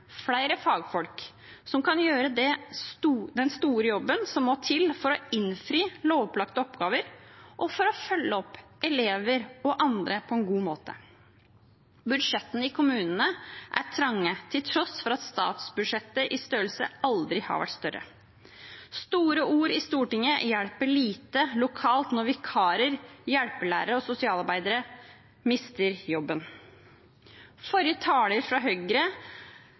flere fagfolk som kan gjøre den store jobben som må til for å innfri lovpålagte oppgaver og for å følge opp elever og andre på en god måte. Budsjettene i kommunene er trange til tross for at statsbudsjettet aldri har vært større. Store ord i Stortinget hjelper lite lokalt når vikarer, hjelpelærere og sosialarbeidere mister jobben. Forrige taler fra Høyre